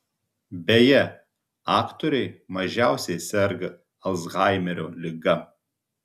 beje aktoriai mažiausiai serga alzhaimerio liga